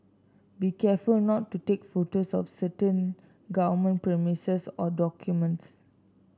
be careful not to take photos of certain government premises or documents